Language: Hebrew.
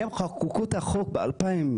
הם חוקקו את החוק ב-2011,